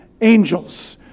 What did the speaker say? angels